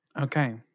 Okay